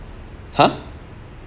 !huh!